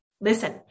Listen